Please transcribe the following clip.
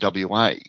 WA